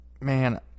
man